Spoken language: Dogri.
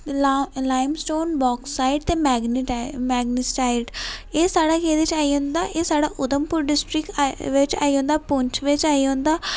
लाई लाइमस्टोन बाक्साइट ते मैगनेसाइट एह् साढ़ा केह्दे च जाई जंदा एह् साढ़ा उधमपुर डिस्टिक च बिच आई जंदा पुंछ च आई जंदा ते